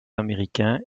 américain